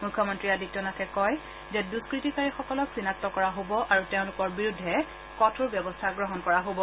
মুখ্যমন্তী আদিত্যনাথে কয় যে দুষ্কতিকাৰীসকলক চিনাক্ত কৰা হ'ব আৰু তেওঁলোকৰ বিৰুদ্ধে কঠোৰ ব্যৱস্থা গ্ৰহণ কৰা হব